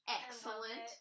excellent